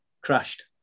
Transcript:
crashed